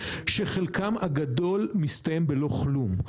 שחלקם הגדול מסתיים בלא כלום.